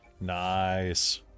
Nice